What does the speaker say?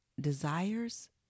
desires